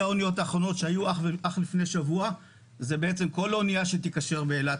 האניות האחרונות שהיו אך לפני שבוע זה שכל אנייה שתיקשר באילת,